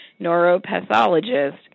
neuropathologist